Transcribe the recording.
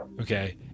okay